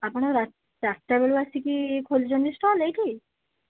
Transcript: ଆପଣ ରା ଚାରିଟାବେଳୁ ଆସିକି ଖୋଲୁଛନ୍ତି ଷ୍ଟଲ୍ ଏଇଠି